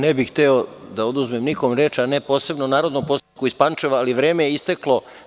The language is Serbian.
Ne bih hteo da oduzmem nikome reč, a ne posebno narodnom poslaniku iz Pančeva, ali vreme je isteklo.